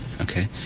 okay